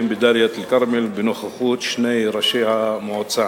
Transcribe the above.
בדאלית-אל-כרמל בנוכחות שני ראשי המועצה,